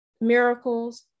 miracles